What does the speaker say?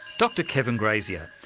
dr kevin grazier,